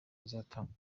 bizatangwa